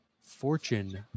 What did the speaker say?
Fortune